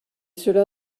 cela